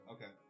Okay